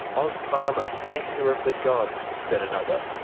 ozpharma, nectar of the gods', said another.